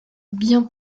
bien